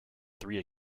three